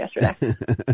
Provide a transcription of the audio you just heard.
yesterday